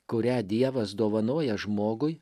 kurią dievas dovanoja žmogui